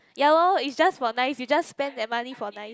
ya lor it's just for nice you just spend that money for nice